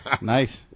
Nice